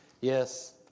yes